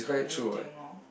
anything orh